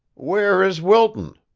where is wilton?